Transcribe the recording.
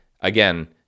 again